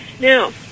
now